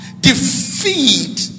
defeat